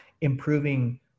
improving